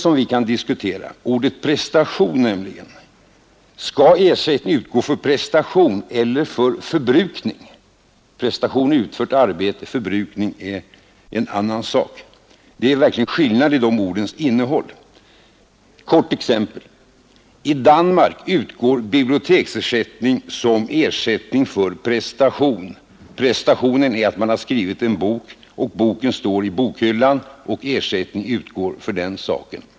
Man kan diskutera huruvida denna ersättning skall utgå för prestation eller för förbrukning. Prestation är utfört arbete, medan förbrukning är en annan sak — det finns verkligen en skillnad mellan innehållen i dessa ord. Ett kort exempel! I Danmark utgår biblioteksersättning som ersättning för prestation. Prestationen är att man skrivit en bok och att boken står i bokhyllan — det är för den saken som ersättning utgår.